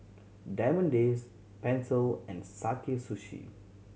Diamond Days Pentel and Sakae Sushi